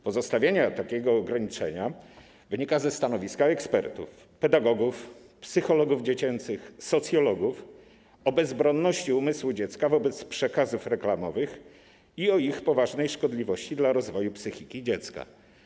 Pozostawienie takiego ograniczenia wynika ze stanowiska ekspertów, pedagogów, psychologów dziecięcych, socjologów o bezbronności umysłu dziecka wobec przekazów reklamowych i o ich poważnej szkodliwości dla rozwoju psychiki dziecka.